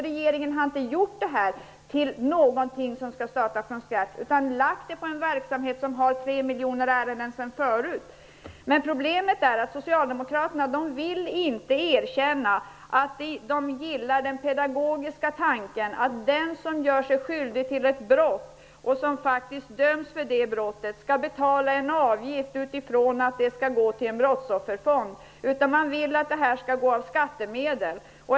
Regeringen har inte menat att det här skall starta från scratch. Det här har lagts ut på en verksamhet som redan tidigare har 3 miljoner ärenden. Problemet är att socialdemokraterna inte vill erkänna att de gillar den pedagogiska tanken att den som gör sig skyldig till ett brott och som faktiskt döms för det brottet skall betala en avgift som skall gå till en brottsofferfond. Man vill att det skall vara skattemedel.